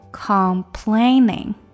Complaining